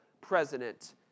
president